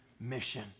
mission